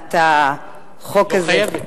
בהכנת החוק הזה, את לא חייבת.